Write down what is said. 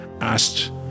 asked